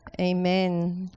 Amen